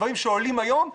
דברים שעולים היום,